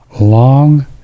Long